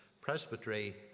presbytery